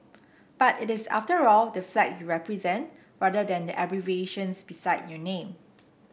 but it is after all the flag you represent rather than abbreviations beside your name